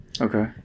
Okay